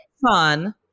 Fun